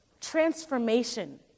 transformation